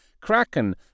Kraken